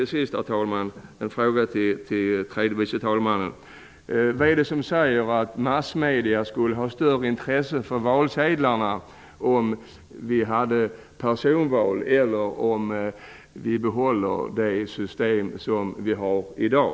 Allra sist, herr talman, en fråga till tredje vice talmannen: Vad är det som säger att massmedierna skulle ha större intresse för valsedlarna om vi hade personval i stället för det system som vi har i dag?